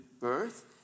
birth